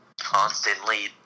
constantly